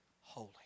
holy